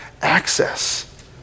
access